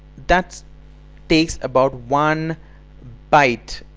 that takes about one byte.